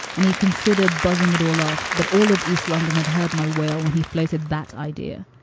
and he considered buzzing it all off. but all of east london had heard my wail when he floated that idea.